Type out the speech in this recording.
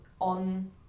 On